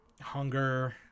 hunger